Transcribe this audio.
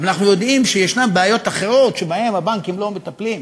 אנחנו יודעים שיש בעיות אחרות שבהן הבנקים לא מטפלים.